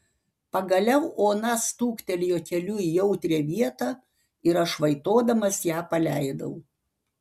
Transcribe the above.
pagaliau ona stuktelėjo keliu į jautrią vietą ir aš vaitodamas ją paleidau